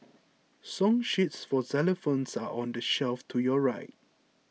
song sheets for xylophones are on the shelf to your right